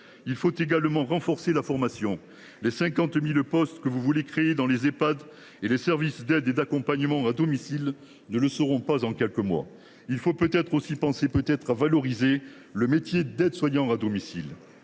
nécessaire de renforcer la formation. Les 50 000 postes que vous voulez créer dans les Ehpad et les services d’aide et d’accompagnement à domicile ne verront pas le jour en quelques mois seulement. Il faut peut être aussi penser à valoriser le métier d’aide soignant à domicile.